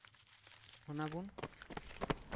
ᱚᱱᱟ ᱵᱚᱱ